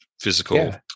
physical